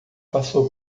passou